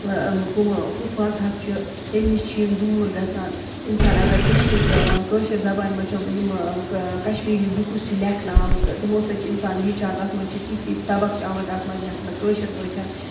کُمہٕ کُس مذہب چھُ تَمہِ نِش چھِ یِم دوٗر گژھان اِنسان اَگر کٔشیٖر کٲشِر زَبانہِ منٛز چھِو یِمہٕ کَشمیٖری بُکٕس چھِ لیکھنہٕ آمژٕ تِمو سۭتۍ چھِ اِنسان ہیٚچھان تَتھ منٛز چھِ تِتھۍ تِتھۍ سَبَق چھِ آمٕتۍ تَتھ منٛز لیکھنہٕ کٲشِر پٲٹھٮ۪ن